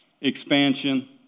expansion